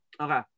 Okay